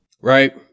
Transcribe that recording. right